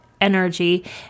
energy